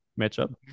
matchup